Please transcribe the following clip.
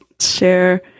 share